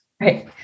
Right